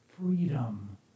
Freedom